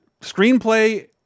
screenplay